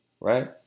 right